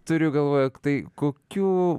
turiu galvoj jog tai kokių